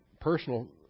personal